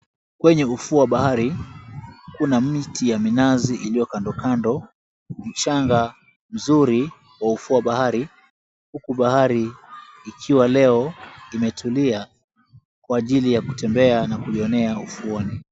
Kwenye ufuo wa bahari, kuna miti ya minazi iliyo kando kando huku mchanga mzuri wa ufuo wa bahari huku bahari ikiwa leo imetulia kwa ajili ya kutembea na kujionea ufuoni.